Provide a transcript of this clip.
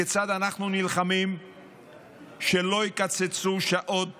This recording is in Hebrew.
כיצד אנחנו נלחמים שלא יקצצו שעות